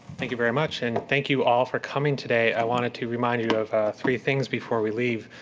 thank you very much, and thank you all for coming today. i wanted to remind you of three things before we leave.